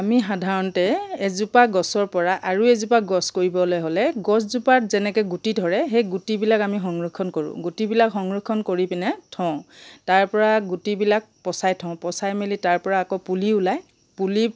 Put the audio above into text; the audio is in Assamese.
আমি সাধাৰণতে এজোপা গছৰ পৰা আৰু এজোপা গছ কৰিবলৈ হ'লে গছজোপাত যেনেকৈ গুটি ধৰে সেই গুটিবিলাক আমি সংৰক্ষণ কৰোঁ গুটিবিলাক সংৰক্ষণ কৰি পিনে থওঁ তাৰপৰা গুটিবিলাক পচাই থওঁ পচাই মেলি তাৰপৰা আকৌ পুলি ওলায় পুলি